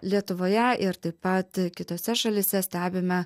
lietuvoje ir taip pat kitose šalyse stebime